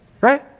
Right